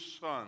son